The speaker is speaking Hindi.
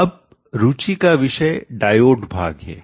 अब रुचि का विषय डायोड भाग है